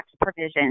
provisions